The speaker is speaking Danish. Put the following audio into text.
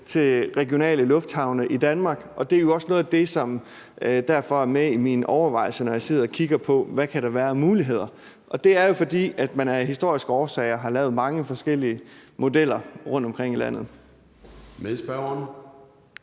til regionale lufthavne i Danmark. Det er også noget af det, som derfor er med i mine overvejelser, når jeg sidder og kigger på, hvad der kan være af muligheder. Det er jo, fordi man af historiske årsager har lavet mange forskellige modeller rundtomkring i landet.